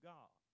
God